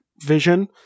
vision